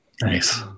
Nice